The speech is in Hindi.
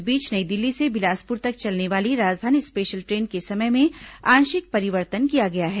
इस बीच नई दिल्ली से बिलासपुर तक चलने वाली राजधानी स्पेशल ट्रेन के समय में आंशिक परिवर्तन किया गया है